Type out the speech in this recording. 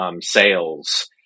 sales